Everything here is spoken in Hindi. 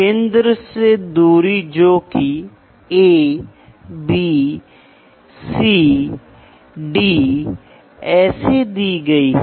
इसलिए यह दोनों बहुत ही महत्वपूर्ण है